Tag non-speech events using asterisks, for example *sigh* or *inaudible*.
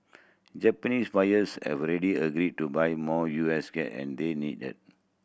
Japanese buyers have already agreed to buy more U S *unintelligible* and they need it